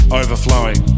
overflowing